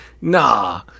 Nah